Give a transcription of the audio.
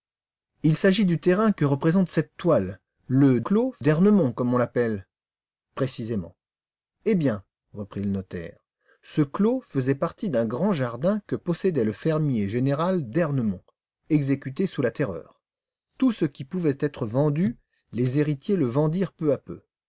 il s'agit du terrain que représente cette toile le clos d'ernemont comme on l'appelle précisément eh bien reprit le notaire ce clos faisait partie d'un grand jardin que possédait le fermier général d'ernemont exécuté sous la terreur tout ce qui pouvait être vendu les héritiers le vendirent peu à peu